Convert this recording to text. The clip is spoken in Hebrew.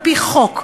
על-פי חוק,